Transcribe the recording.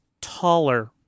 taller